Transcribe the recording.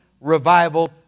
revival